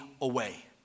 away